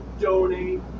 Donate